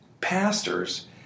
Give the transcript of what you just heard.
pastors